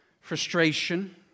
frustration